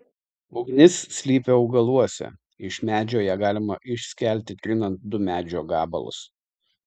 ugnis slypi augaluose iš medžio ją galima išskelti trinant du medžio gabalus